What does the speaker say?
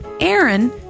Aaron